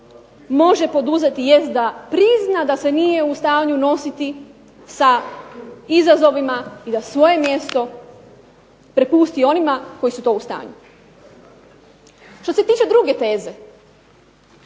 može poduzeti jest da prizna da se nije u stanju nositi sa izazovima i da svoje mjesto prepusti onima koji su to u stanju. Što se tiče druge teze,